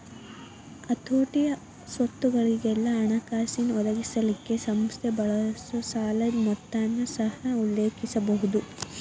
ಹತೋಟಿ, ಸ್ವತ್ತುಗೊಳಿಗೆಲ್ಲಾ ಹಣಕಾಸಿನ್ ಒದಗಿಸಲಿಕ್ಕೆ ಸಂಸ್ಥೆ ಬಳಸೊ ಸಾಲದ್ ಮೊತ್ತನ ಸಹ ಉಲ್ಲೇಖಿಸಬಹುದು